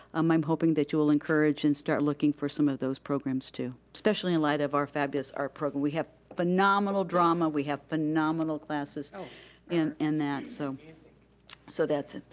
um i'm hoping that you will encourage and start looking for some of those programs too. especially in light of our fabulous art program, we have phenomenal drama, we have phenomenal classes so and in that, so so that's it.